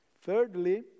Thirdly